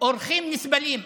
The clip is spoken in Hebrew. אורחים נסבלים.